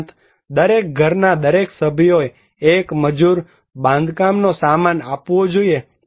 ઉપરાંત દરેક ઘરના દરેક સભ્યોએ એક મજુર બાંધકામ નો સામાન આપવો જોઈએ